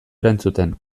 erantzuten